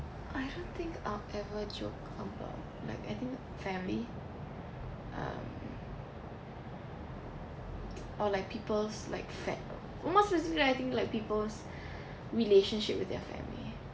I don't think I'll ever joke about I think family um or like people's like fa~ most basically like people's relationship with their family